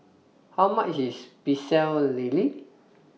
How much IS Pecel Lele